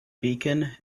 beacon